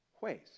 ways